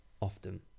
often